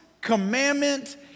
commandment